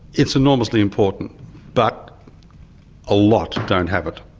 it's enormously important but a lot don't have it.